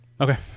Okay